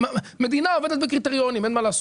מדינה עובדת בקריטריונים, אין מה לעשות.